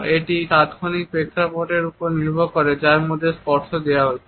এটি তাৎক্ষণিক প্রেক্ষাপটের উপর নির্ভর করে যার মধ্যে স্পর্শ দেওয়া হচ্ছে